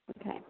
Okay